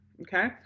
okay